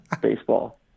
baseball